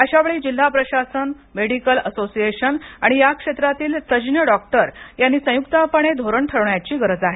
अशावेळी जिल्हा प्रशासन मेडिकल असोसिएशन आणि याक्षेत्रातील तज्ञ डॉक्टर यांनी संयुक्तपणे धोरण ठरवण्याची गरज आहे